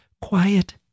quiet